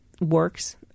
works